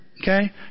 okay